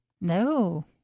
No